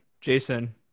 Jason